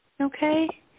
Okay